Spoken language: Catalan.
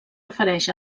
refereix